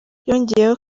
yongeyeho